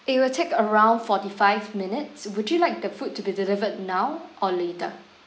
it will take around forty five minutes would you like the food to be delivered now or later